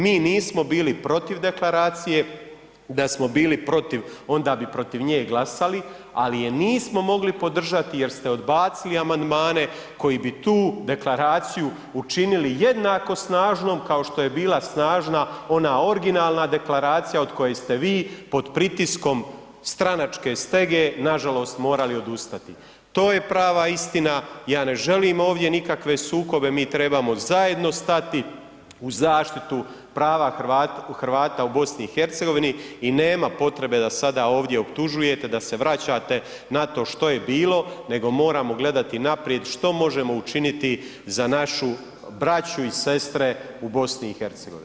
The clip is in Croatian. Mi nismo bili protiv deklaracije, da smo bili protiv onda bi protiv nje i glasali, al je nismo mogli podržati jer ste odbacili amandmane koji bi tu deklaraciju učinili jednako snažnom kao što je bila snažna ona originalna deklaracija od koje ste vi pod pritiskom stranačke stege nažalost morali odustati, to je prava istina, ja ne želim ovdje nikakve sukobe, mi trebamo zajedno stati u zaštitu prava Hrvata u BiH i nema potrebe da sada ovdje optužujete, da se vraćate na to što je bilo, nego moramo gledati naprijed što možemo učiniti za našu braću i sestre u BiH.